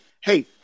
hey